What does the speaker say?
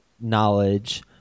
knowledge